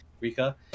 Rika